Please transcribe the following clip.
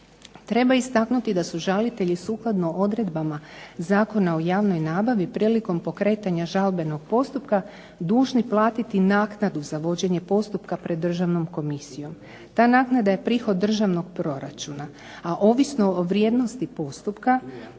Treba istaknuti da su žalitelji sukladno odredbama Zakona o javnoj nabavi prilikom pokretanja žalbenog postupka dužni platiti naknadu za vođenje postupka pred Državnom komisijom. Ta naknada je prihod državnog proračuna, a ovisno o vrijednosti postupka